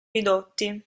ridotti